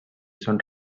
són